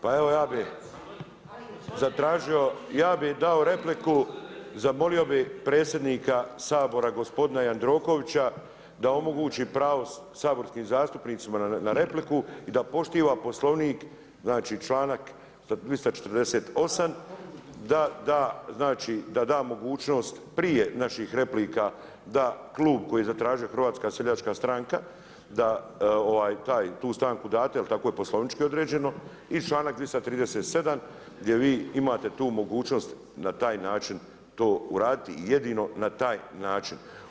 Pa evo, ja bi zatražio, ja bi dao repliku, zamolio bi predsjednika Sabora, gospodina Jandrokovića, da omogući pravo saborskim zastupnicima na repliku i da poštiva Poslovnik znači 238. da da znači, da da mogućnost prije naših replika, da klub koji je zatražio HSS da tau stanku date, jer tako je poslovnički određeno i članak 237. gdje vi imate tu mogućnost na taj način to uraditi i jedino na taj način.